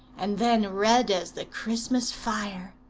and then red as the christmas fire.